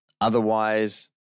Otherwise